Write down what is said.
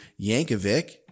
Yankovic